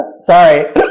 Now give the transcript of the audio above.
Sorry